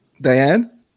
Diane